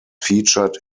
featured